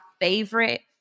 favorite